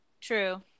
True